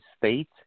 state